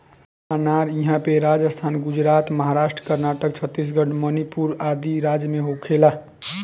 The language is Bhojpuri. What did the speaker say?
अनार इहां पे राजस्थान, गुजरात, महाराष्ट्र, कर्नाटक, छतीसगढ़ मणिपुर आदि राज में होखेला